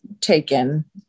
taken